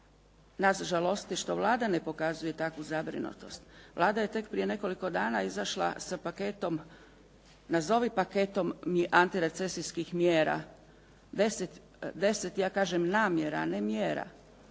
nas žalosti što Vlada ne pokazuje takvu zabrinutost. Vlada je tek prije nekoliko dana izašla sa paketom, nazovi paketom antirecesijskih mjera, 10, ja kažem namjera, a ne mjera